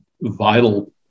vital